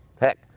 heck